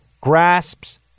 grasps